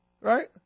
Right